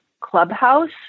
clubhouse